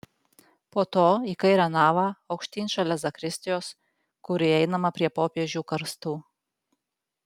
po to į kairę navą aukštyn šalia zakristijos kur įeinama prie popiežių karstų